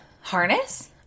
harness